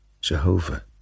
Jehovah